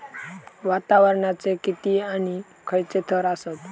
वातावरणाचे किती आणि खैयचे थर आसत?